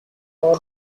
all